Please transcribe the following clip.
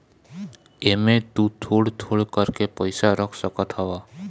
एमे तु थोड़ थोड़ कर के पैसा रख सकत हवअ